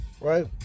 right